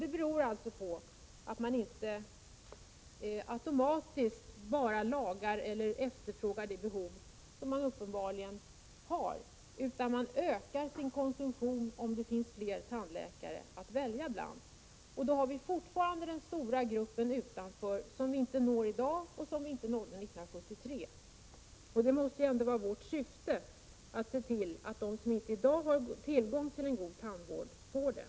Det beror i sin tur inte automatiskt på att man efterfrågar mera tandvård, utan det är i stället uppenbarligen så att man ökar sin konsumtion, om det blir fler tandläkare att välja bland. Då har vi fortfarande kvar den stora utanförstående gruppen, som vi inte når i dag och som vi inte nådde 1973. Det måste vara vårt syfte att se till att de som i dag inte har en god tandvård skall få en sådan.